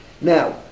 Now